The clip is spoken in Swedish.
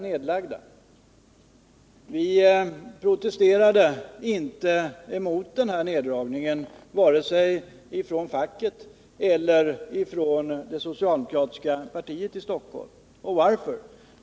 Det protesterades inte mot neddragningen, varken från facket eller från det socialdemokratiska partiet i Stockholm. Varför?